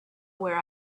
where